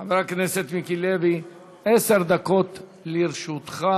חבר הכנסת מיקי לוי, עשר דקות לרשותך.